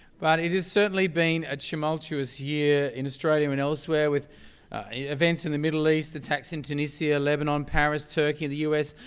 but it has certainly been a tumultuous year in australia and elsewhere with events in the middle east attacks in tunisia, lebanon, paris, turkey, and the us.